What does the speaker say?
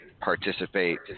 participate